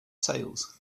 sails